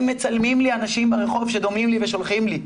הם מצלמים לי אנשים ברחוב שדומים לי ושולחים לי.